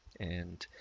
and